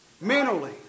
mentally